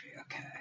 okay